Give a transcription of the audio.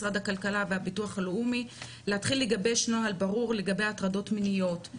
משרד הכלכלה והביטוח הלאומי להתחיל לגבש נוהל ברור לגבי הטרדות מיניות.